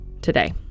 Today